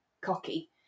cocky